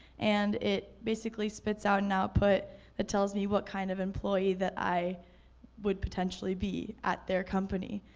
and it basically spits out an output that tells me what kind of employee that i would potentially be at their company.